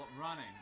running